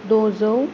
द'जौ